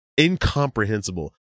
incomprehensible